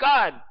God